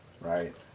right